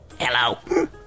Hello